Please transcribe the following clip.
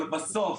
אבל בסוף